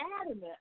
adamant